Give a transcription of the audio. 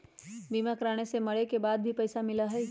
बीमा कराने से मरे के बाद भी पईसा मिलहई?